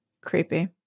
Creepy